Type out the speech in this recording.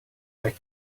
way